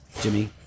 Jimmy